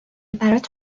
برات